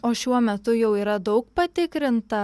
o šiuo metu jau yra daug patikrinta